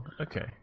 Okay